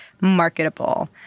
marketable